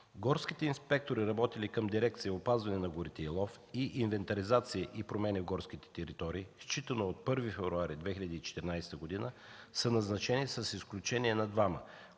Горските инспектори, работили към дирекция „Опазване на горите и лов” и „Инвентаризации и промени в горските територии”, считано от 1 февруари 2014 г. са назначени с изключение на двама,